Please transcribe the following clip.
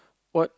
what